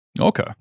okay